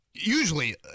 usually